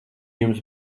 jums